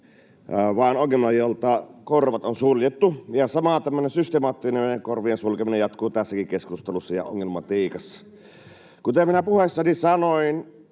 vaan ongelma, jolta korvat on suljettu, ja tämmöinen samanlainen systemaattinen korvien sulkeminen jatkuu tässäkin keskustelussa ja ongelmatiikassa. [Jani Mäkelä: